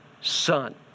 son